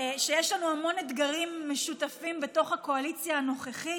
כשיש לנו המון אתגרים משותפים בתוך הקואליציה הנוכחית,